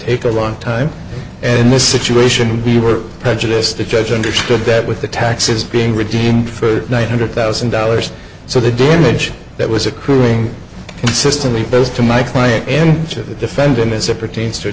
take a long time and the situation you were prejudice to judge understood that with the taxes being redeemed for nine hundred thousand dollars so the damage that was accruing consistently goes to my client and to the defendant mr pertains to